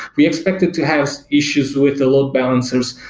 we expected to have issues with the load balancers.